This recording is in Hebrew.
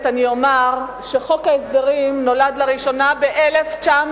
אני אומר שחוק ההסדרים נולד ב-1985,